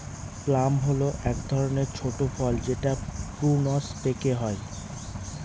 plum হল এক ধরনের ছোট ফল যেটা প্রুনস পেকে হয়